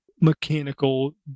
mechanical